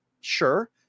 sure